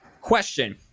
question